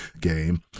game